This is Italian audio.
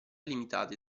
limitate